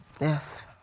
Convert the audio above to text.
Yes